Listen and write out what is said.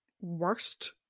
worst